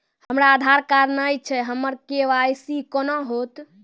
हमरा आधार कार्ड नई छै हमर के.वाई.सी कोना हैत?